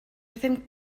ddim